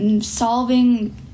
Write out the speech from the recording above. solving